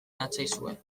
natzaizue